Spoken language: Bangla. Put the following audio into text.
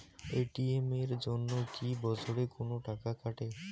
এ.টি.এম এর জন্যে কি বছরে কোনো টাকা কাটে?